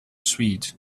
sweet